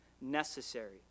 necessary